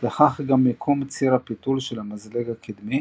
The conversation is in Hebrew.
וכך גם מיקום ציר הפיתול של המזלג הקדמי